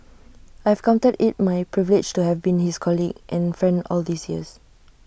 I counted IT my privilege to have been his colleague and friend all these years